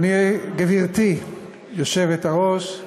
גברתי היושבת-ראש,